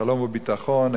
שלום וביטחון,